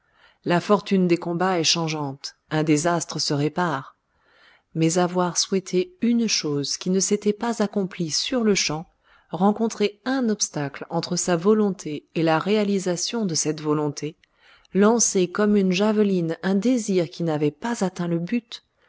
la fortune des combats est changeante un désastre se répare mais avoir souhaité une chose qui ne s'était pas accomplie sur-le-champ rencontré un obstacle entre sa volonté et la réalisation de cette volonté lancé comme une javeline un désir qui n'avait pas atteint le but